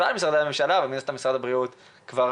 בכלל למשרדי הממשלה ומשרד הבריאות שכבר